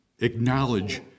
acknowledge